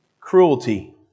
cruelty